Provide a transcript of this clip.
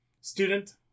student